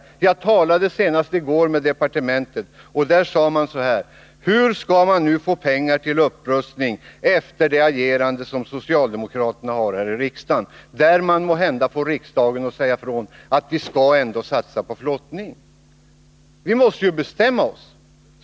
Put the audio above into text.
Jag talade senast i går med departementet, och där sade man så här: Hur skall man nu få pengar till upprustning av järnvägen efter socialdemokraternas agerande här i riksdagen? Måhända får socialdemokraterna riksdagen att säga ifrån att vi ändå skall satsa på flottning. Men vi måste ju bestämma oss.